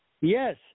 Yes